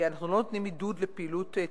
אנחנו לא נותנים עידוד לפעילות תרבותית.